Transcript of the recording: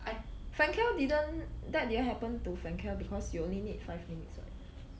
I Fancl didn't that didn't happen to Fancl because you only need five minutes [what]